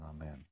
amen